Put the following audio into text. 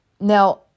Now